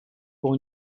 pour